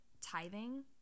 tithing